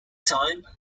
time